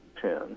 ten